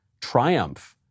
triumph